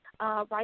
Right